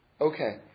Okay